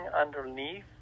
underneath